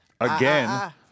Again